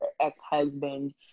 ex-husband